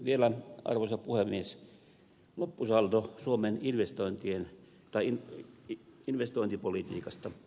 vielä arvoisa puhemies loppusaldo suomen investointipolitiikasta